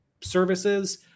services